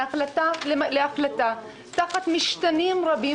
מהחלטה להחלטה תחת משתנים רבים,